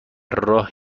راه